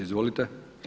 Izvolite.